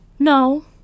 No